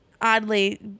Oddly